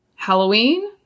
Halloween